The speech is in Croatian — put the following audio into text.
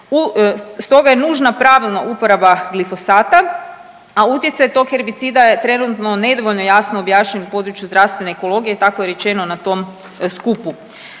Stoga je nužna pravilna uporaba glifosata, a utjecaj tog herbicida je trenutno nedovoljno jasno objašnjen na području zdravstvene ekologije, tako je rečeno na tom skupu.